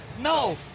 No